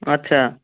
আচ্ছা